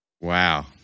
Wow